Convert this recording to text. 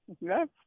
Yes